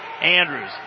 Andrews